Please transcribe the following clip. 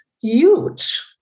huge